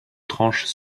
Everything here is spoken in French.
tranches